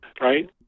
Right